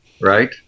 right